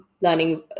learning